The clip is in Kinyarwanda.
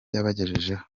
yabagejejeho